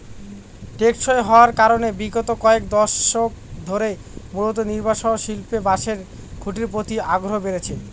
টেকসই হওয়ার কারনে বিগত কয়েক দশক ধরে মূলত নির্মাণশিল্পে বাঁশের খুঁটির প্রতি আগ্রহ বেড়েছে